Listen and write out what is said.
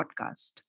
podcast